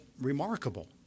remarkable